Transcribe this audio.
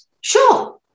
sure